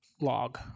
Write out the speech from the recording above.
log